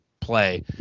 play